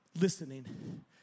listening